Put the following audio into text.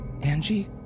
Angie